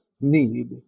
need